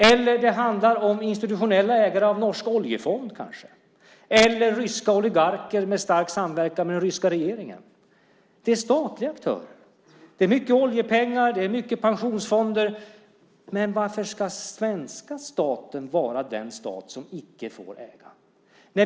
Eller det kanske handlar om institutionella ägare av norsk oljefond eller ryska oligarker med stark samverkan med den ryska regeringen. Det är statliga aktörer. Det är mycket oljepengar, och det är mycket pensionsfonder. Men varför ska svenska staten vara den stat som icke får äga?